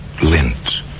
Lint